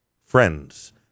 Friends